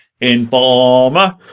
Informer